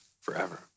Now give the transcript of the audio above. forever